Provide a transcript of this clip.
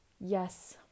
yes